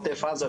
עוטף עזה,